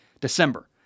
December